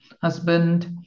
husband